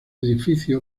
edificio